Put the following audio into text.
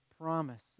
promise